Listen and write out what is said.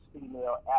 female